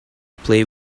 play